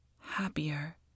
happier